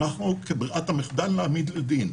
בררת המחדל תהיה העמדה לדין.